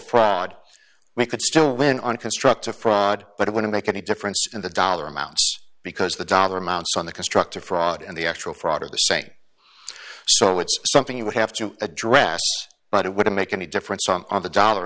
fraud we could still win on constructive fraud but it wouldn't make any difference in the dollar amount because the dollar amounts on the constructive fraud and the actual fraud are the same so it's something you would have to address but it wouldn't make any difference on the dollar